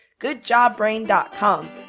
goodjobbrain.com